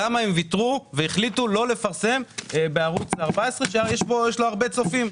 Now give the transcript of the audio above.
למה הם ויתרו והחליטו לא לפרסם בערוץ 14 שיש לו הרבה צופים?